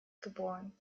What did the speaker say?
geboren